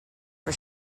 for